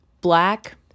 black